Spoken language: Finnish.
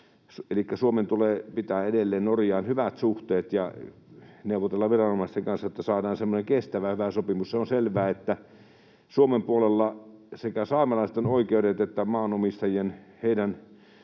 Suomen tulee pitää edelleen Norjaan hyvät suhteet ja neuvotella viranomaisten kanssa, että saadaan semmoinen kestävä ja hyvä sopimus. Se on selvää, että Suomen puolella sekä saamelaisten oikeuksien että maanomistajien omistusoikeuteen